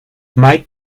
mike